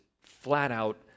flat-out